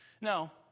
Now